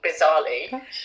bizarrely